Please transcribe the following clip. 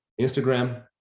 Instagram